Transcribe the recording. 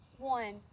One